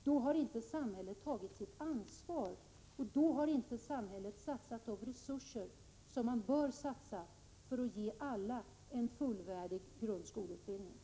Då har inte samhället tagit sitt ansvar och satsat de resurser som man bör satsa för att ge alla en fullvärdig grundskoleutbildning.